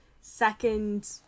second